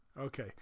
Okay